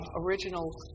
original